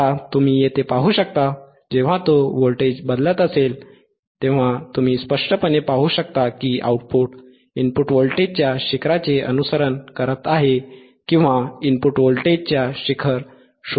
आता तुम्ही येथे पाहू शकता जेव्हा तो व्होल्टेज बदलत असेल तेव्हा तुम्ही स्पष्टपणे पाहू शकता की आउटपुट इनपुट व्होल्टेजच्या शिखराचे अनुसरण करत आहे किंवा इनपुट व्होल्टेजच्या शिखर शोधत आहे